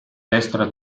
destra